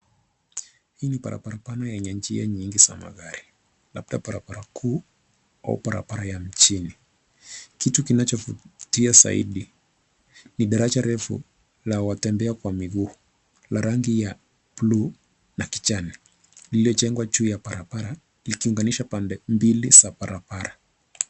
Hii ni barabara pana yenye njia nyingi za magari labda barabara kuu au barabara ya mjini. Kiti kinachovutia zaidi ni daraja refu la watembea kwa miguu la rangi ya bluu na kijani lililojengwa juu ya barabara likiunganisha pande mbili za barabara.